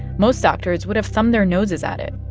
most doctors would have thumbed their noses at it.